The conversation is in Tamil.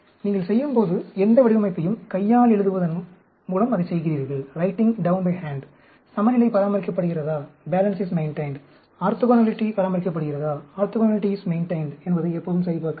நீங்கள் செய்யும் எந்த வடிவமைப்பையும் கையால் எழுதுவதன் மூலம் அதைச் செய்கிறீர்கள் சமநிலை பராமரிக்கப்படுகிறதா ஆர்த்தோகனாலிட்டி பராமரிக்கப்படுகிறதா என்பதை எப்போதும் சரிபார்க்கவும்